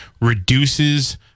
reduces